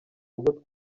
rugo